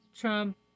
trump